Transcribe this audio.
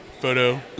photo